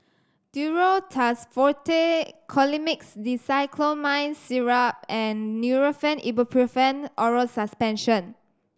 Duro Tuss Forte Colimix Dicyclomine Syrup and Nurofen Ibuprofen Oral Suspension